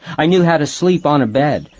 i knew how to sleep on a bed,